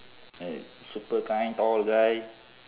like super kind tall guy